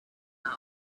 gone